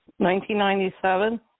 1997